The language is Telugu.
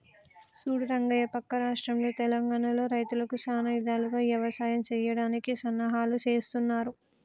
సూడు రంగయ్య పక్క రాష్ట్రంలో తెలంగానలో రైతులకు సానా ఇధాలుగా యవసాయం సెయ్యడానికి సన్నాహాలు సేస్తున్నారు